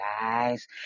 guys